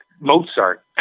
Mozart